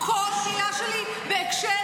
כל מילה שלי בקשר